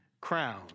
crown